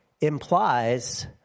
implies